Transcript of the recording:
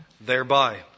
thereby